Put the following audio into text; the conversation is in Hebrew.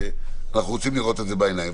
אתה רוצה לראות את זה בעיניים.